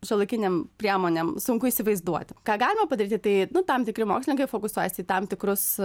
šiuolaikinėm priemonėm sunku įsivaizduoti ką galime padaryti tai nu tam tikri mokslininkai fokusuojasi į tam tikrus